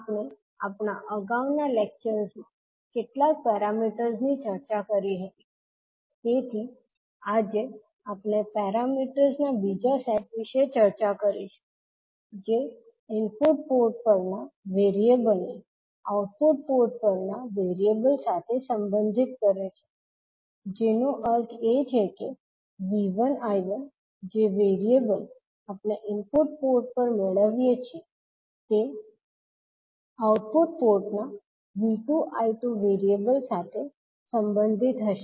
આપણે આપણા અગાઉના લેક્ચર્સ માં કેટલાક પેરામીટર્સની ચર્ચા કરી હતી તેથી આજે આપણે પેરામીટર્સ ના બીજા સેટ વિશે ચર્ચા કરીશું જે ઇનપુટ પોર્ટ પરના વેરીએબલ ને આઉટપુટ પોર્ટ પરના વેરીએબલ સાથે સંબંધિત કરે છે જેનો અર્થ એ છે કે 𝐕1 𝐈𝟏 જે વેરીએબલ આપણે ઇનપુટ પોર્ટ પર મેળવીએ છીએ તે આઉટપુટ પોર્ટ ના 𝐕2 𝐈𝟐 વેરીએબલ સાથે સંબંધિત હશે